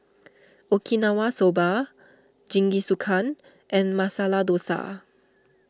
Okinawa Soba Jingisukan and Masala Dosa